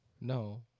No